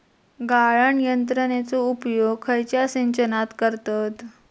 गाळण यंत्रनेचो उपयोग खयच्या सिंचनात करतत?